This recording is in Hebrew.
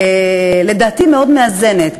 לדעתי מאוד מאזנת,